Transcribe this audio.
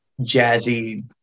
jazzy